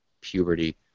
puberty